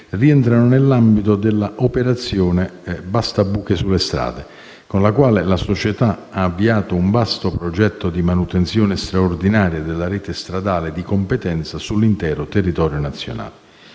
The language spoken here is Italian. rientrano nell'ambito dell'operazione "bastabuchesullestrade", con la quale la società ha avviato un vasto progetto di manutenzione straordinaria della rete stradale di competenza sull'intero territorio nazionale.